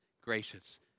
gracious